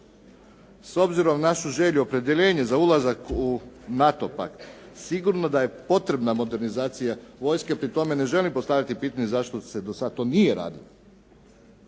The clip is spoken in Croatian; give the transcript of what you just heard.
S obzirom na našu želju opredjeljenje za ulazak u NATO pakt sigurno da je potrebna modernizacija vojske. Pri tome ne želim postaviti pitanje zašto se do sad to nije radilo,